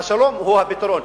השלום הוא הפתרון.